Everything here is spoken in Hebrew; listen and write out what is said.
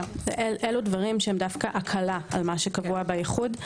אלו דברים שהם דווקא הקלה על מה שקבוע באיחוד.